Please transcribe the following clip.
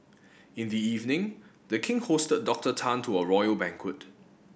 in the evening The King hosted Doctor Tan to a royal banquet